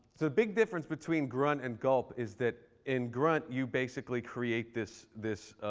the big difference between grunt and gulp is that in grunt you basically create this this